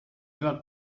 jemand